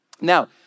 Now